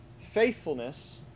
faithfulness